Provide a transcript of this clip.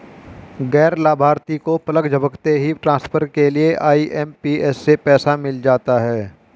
गैर लाभार्थी को पलक झपकते ही ट्रांसफर के लिए आई.एम.पी.एस से पैसा मिल जाता है